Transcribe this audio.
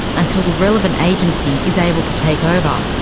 until the relevant agency is able to take over.